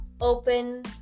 open